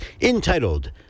entitled